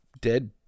dead